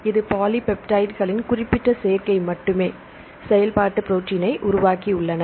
இந்த பாலிபெப்டைட்களின் குறிப்பிட்ட சேர்க்கை மட்டுமே செயல்பாட்டு ப்ரோடீன்னை உருவாக்கியுள்ளன